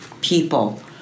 people